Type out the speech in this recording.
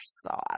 sauce